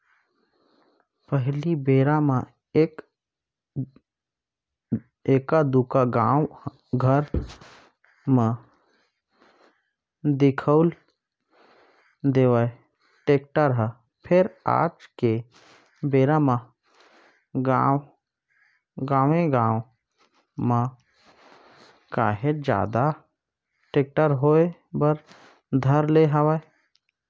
पहिली बेरा म एका दूका गाँव घर म दिखउल देवय टेक्टर ह फेर आज के बेरा म गाँवे गाँव म काहेच जादा टेक्टर होय बर धर ले हवय